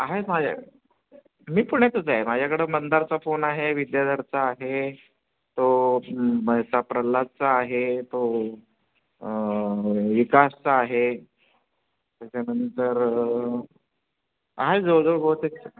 आहेत माझ्याकडं मी पुण्यातच आहे माझ्याकडं मंदारचा फोन आहे विद्याधरचा आहे तो महेसचा प्रल्लादचा आहे तो विकासचा आहे त्याच्यानंतर आहे जवळजवळ बहुतेक सगळे